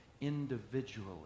individually